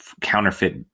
counterfeit